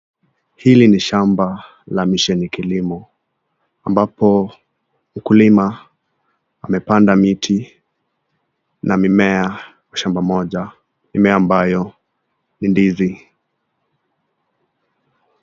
Hili ni shamba la misheni kilimo ambapo mkulima amepanda miti na mimea kwa shamba moja. Mimea ambayo ni ndizi.